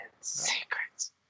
Secrets